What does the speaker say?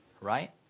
right